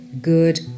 good